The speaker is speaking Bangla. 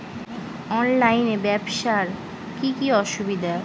অনলাইনে ব্যবসার কি কি অসুবিধা?